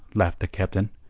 laughed the captain,